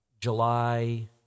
July